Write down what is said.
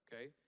okay